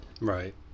Right